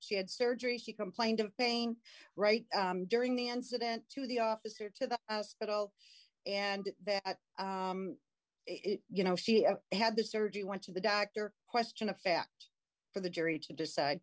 she had surgery she complained of pain right during the incident to the officer to the little and that it you know she had the surgery went to the doctor question effect for the jury to decide